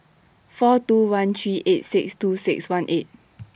four two one three eight six two six one eight